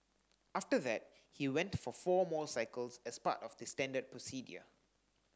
after that he went for four more cycles as part of the standard procedure